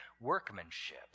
workmanship